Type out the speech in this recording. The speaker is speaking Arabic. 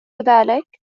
ذلك